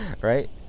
right